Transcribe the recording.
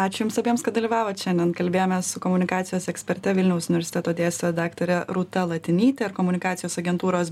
ačiū jums abiems kad dalyvavot šiandien kalbėjomės su komunikacijos eksperte vilniaus universiteto dėstytoja daktare rūta latinyte ir komunikacijos agentūros